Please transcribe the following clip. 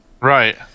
Right